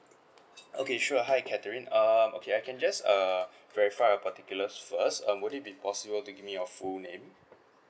okay sure hi catherine um okay I can just uh verify your particulars first um would it be possible to give me your full name